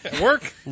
Work